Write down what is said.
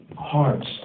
hearts